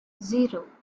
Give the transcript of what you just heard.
zero